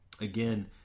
Again